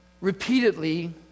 Repeatedly